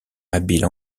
habiles